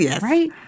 right